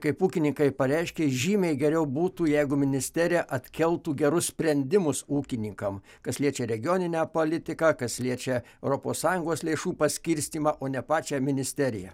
kaip ūkininkai pareiškė žymiai geriau būtų jeigu ministerija atkeltų gerus sprendimus ūkininkam kas liečia regioninę politiką kas liečia europos sąjungos lėšų paskirstymą o ne pačią ministeriją